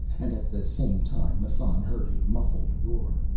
and at the same time, massan heard a muffled roar,